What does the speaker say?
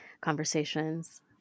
conversations